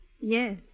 Yes